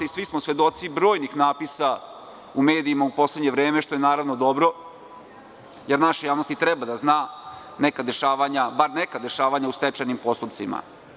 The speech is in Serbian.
Svi smo svedoci brojnih natpisa u medijima u poslednje vreme, što je naravno dobro, jer naša javnost i treba da zna neka dešavanja u stečajnim postupcima.